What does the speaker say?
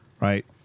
right